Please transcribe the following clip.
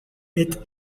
est